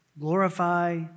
glorify